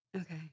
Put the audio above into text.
Okay